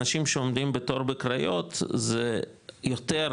אנשים שעומדים בתור בקריות זה יותר,